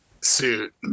suit